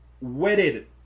wedded